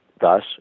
Thus